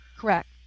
Correct